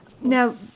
Now